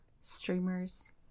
streamers